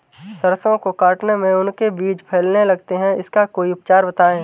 सरसो को काटने में उनके बीज फैलने लगते हैं इसका कोई उपचार बताएं?